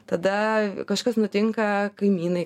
tada kažkas nutinka kaimynai